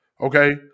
Okay